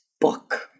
book